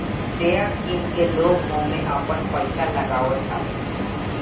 share किन के लोग ओमे आपन पईसा लगावताटे